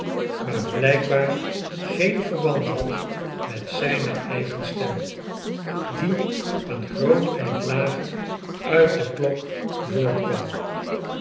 maarblijkbaar geen verband had met zijne eigen stem die een groot eind lager uit de klok